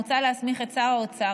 מוצע להסמיך את שר האוצר,